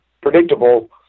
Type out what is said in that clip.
predictable